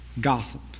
gossip